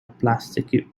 plastic